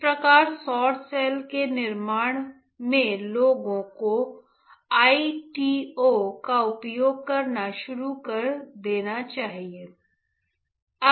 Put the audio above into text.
इस प्रकार सौर सेल के निर्माण में लोगों ITO का उपयोग करना शुरू कर दिया है